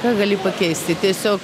ką gali pakeisti tiesiog